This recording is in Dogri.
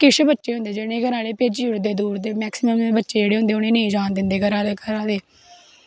किश बच्चे होंदे जि'नें गी घरे आह्ले भेजी ओड़दे दूर ते मैकसिमम बच्चे जेह्ड़े होंदे उ'नें गी नेईं जान दिंदे घरे आह्ले